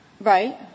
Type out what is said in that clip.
Right